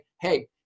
hey